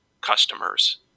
customers